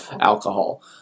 alcohol